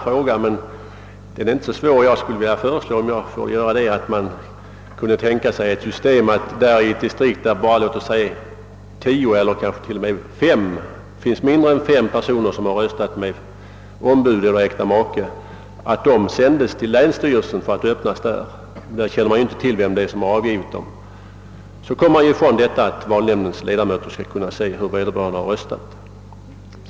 Frågan är emellertid inte så svår, och jag skulle vilja föreslå ett system som går ut på alt om inte fler än tio eller kanske fem personer röstat genom ombud eller med äktamakekuvert, så skulle försändelserna skickas till länsstyrelsen för att öppnas där. På länsstyrelsen känner man inte till vem som avgivit dem. På det sättet kan inte valnämndens ledamöter se hur vederbörande röstat.